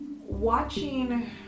watching